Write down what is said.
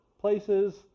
places